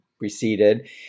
receded